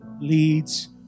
leads